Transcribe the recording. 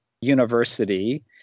university